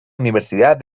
universidad